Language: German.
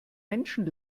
menschen